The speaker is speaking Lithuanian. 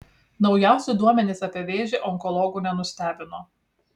naujausi duomenys apie vėžį onkologų nenustebino